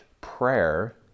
prayer